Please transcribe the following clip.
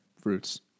Fruits